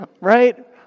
Right